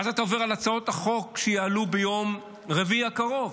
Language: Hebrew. ואז אתה עובר על הצעות החוק שיעלו ביום רביעי הקרוב,